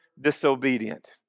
disobedient